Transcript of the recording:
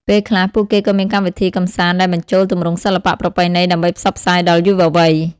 ពេលខ្លះ ពួកគេក៏មានកម្មវិធីកម្សាន្តដែលបញ្ចូលទម្រង់សិល្បៈប្រពៃណីដើម្បីផ្សព្វផ្សាយដល់យុវវ័យ។